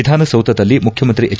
ವಿಧಾನಸೌಧದಲ್ಲಿ ಮುಖ್ಯಮಂತ್ರಿ ಎಚ್